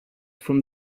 from